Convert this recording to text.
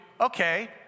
okay